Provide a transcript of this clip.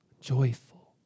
joyful